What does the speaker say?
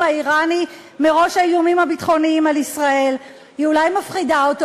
האיראני מראש האיומים הביטחוניים על ישראל אולי מפחידה אותו,